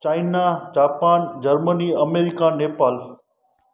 China Japan Germany America Nepal